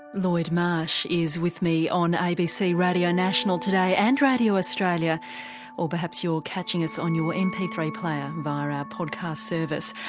lloyd marsh is with me on abc radio national today and radio australia or perhaps you're catching us on your m p three player via our ah podcast service.